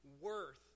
worth